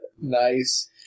Nice